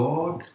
God